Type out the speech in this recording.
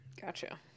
Gotcha